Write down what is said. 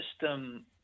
system